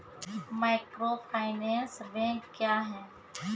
Microfinance bank क्या हैं?